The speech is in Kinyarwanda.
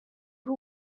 ari